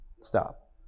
Stop